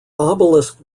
obelisk